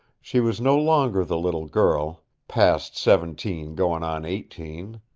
she was no longer the little girl past seventeen, goin' on eighteen.